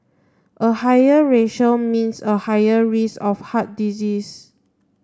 a higher ratio means a higher risk of heart disease